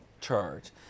charge